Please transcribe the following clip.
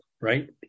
right